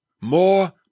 more